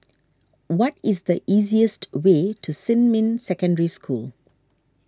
what is the easiest way to Xinmin Secondary School